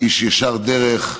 איש ישר דרך,